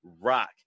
rock